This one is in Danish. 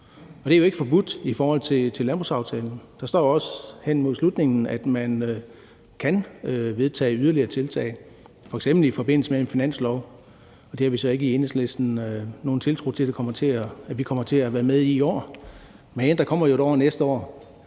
det er jo ikke forbudt i forhold til landbrugsaftalen. Der står også hen mod slutningen, at man kan vedtage yderligere tiltag, f.eks. i forbindelse med en finanslov, og det har vi så ikke i Enhedslisten nogen tiltro til at vi kommer til at være med i i år. Men der kommer et år næste år,